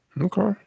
Okay